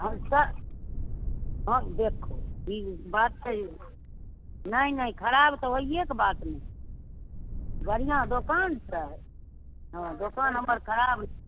हम से हम देखू ई बात छै नहि नहि खराब तऽ होइयेके बात ने बढिऑं दोकान छै हँ दोकान हमर खराब